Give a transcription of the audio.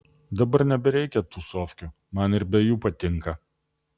dabar nebereikia tūsovkių man ir be jų patinka